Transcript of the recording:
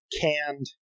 canned